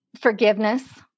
forgiveness